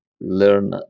learn